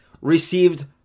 received